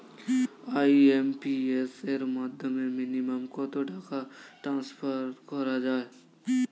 IMPS এর মাধ্যমে minimum কত টাকা ট্রান্সফার করা যায়?